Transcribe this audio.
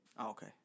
okay